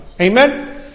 Amen